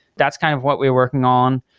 that's kind of what we're working on.